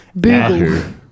Google